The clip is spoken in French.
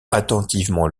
attentivement